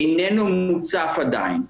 איננו מוצף עדיין.